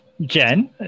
Jen